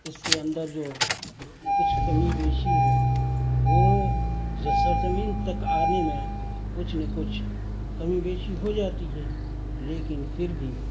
اس کے اندر جو کچھ کمی بیشی ہے وہ سرزمین تک آنے میں کچھ نہ کچھ کمی بیشی ہو جاتی ہے لیکن پھر بھی